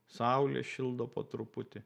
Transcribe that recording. saulė šildo po truputį